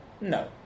No